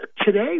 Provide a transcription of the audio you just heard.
Today